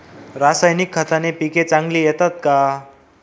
रासायनिक खताने पिके चांगली येतात का?